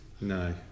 No